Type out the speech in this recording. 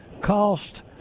cost